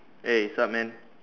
hey sup man